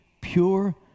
Pure